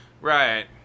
Right